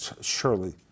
surely